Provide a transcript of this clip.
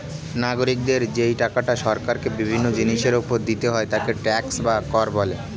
নাগরিকদের যেই টাকাটা সরকারকে বিভিন্ন জিনিসের উপর দিতে হয় তাকে ট্যাক্স বা কর বলে